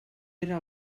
era